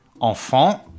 Enfant